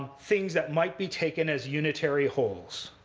things that might be taken as unitary wholes.